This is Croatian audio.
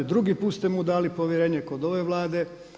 Drugi put ste mu dali povjerenje kod ove Vlade.